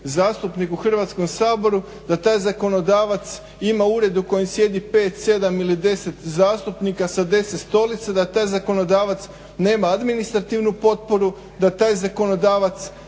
zastupnik u Hrvatskom saboru, da taj zakonodavac ima ured u kojem sjedi 5, 7 ili 10 zastupnika sa 10 stolica da taj zakonodavac nema administrativnu potporu, da taj zakonodavac